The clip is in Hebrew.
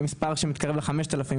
עכשיו זה מספר שמתקרב ל5000,